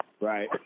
Right